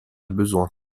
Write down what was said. besoin